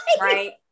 right